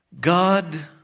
God